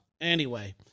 Anyway-